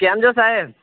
કેમ છો સાહેબ